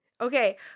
Okay